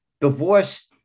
Divorce